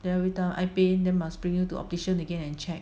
then everytime eye pain then must bring you to optician again and check